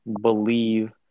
believe